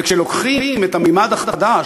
וכשלוקחים את הממד החדש,